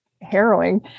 harrowing